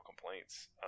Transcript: complaints